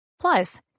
Plus